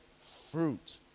fruit